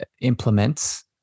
implements